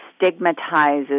stigmatizes